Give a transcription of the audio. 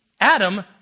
Adam